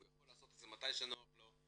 הוא יכול לעשות את זה מתי שנוח לו,